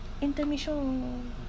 Intermission